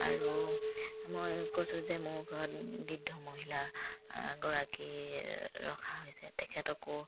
আৰু মই কৈছোঁ যে মোৰ ঘৰত বৃদ্ধ মহিলা গৰাকী ৰখা হৈছে তেখেতকো